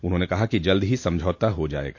उन्होंने कहा कि जल्द ही समझौता हो जाएगा